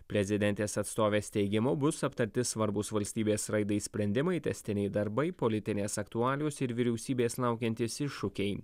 prezidentės atstovės teigimu bus aptarti svarbūs valstybės raidai sprendimai tęstiniai darbai politinės aktualijos ir vyriausybės laukiantys iššūkiai